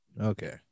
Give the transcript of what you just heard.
Okay